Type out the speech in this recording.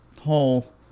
hole